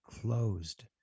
closed